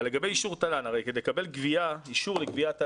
לגבי אישור תל"ן: כדי לקבל אישור לגביית תל"ן,